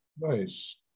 Nice